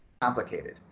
complicated